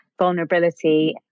vulnerability